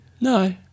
No